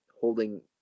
holding